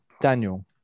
Daniel